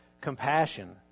compassion